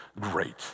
great